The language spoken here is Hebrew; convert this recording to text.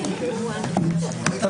16:11.